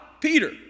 Peter